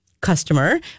customer